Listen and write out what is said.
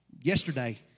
yesterday